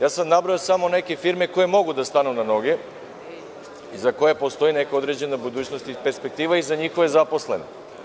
Ja sam nabrojao samo neke firme koje mogu da stanu na noge i za koje postoji neka određena budućnost i perspektiva za njihove zaposlene.